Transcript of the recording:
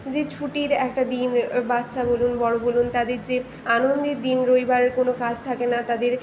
যে ছুটির একটা দিন বাচ্চা বলুন বড় বলুন তাদের যে আনন্দের দিন রবিবার কোনো কাজ থাকে না তাদের